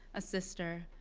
a sister,